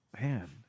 Man